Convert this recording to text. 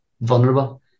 vulnerable